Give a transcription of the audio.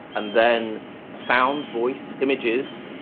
and then sound, voice, images,